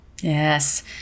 Yes